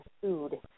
food